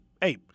hey